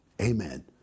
Amen